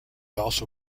also